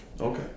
okay